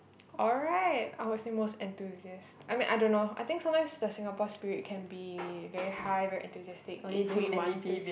alright I was the most enthusiast I mean I don't know I think sometimes the Singapore spirit can be very high very enthusiastic if we want to